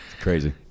Crazy